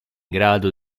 grado